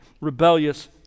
Rebellious